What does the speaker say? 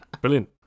brilliant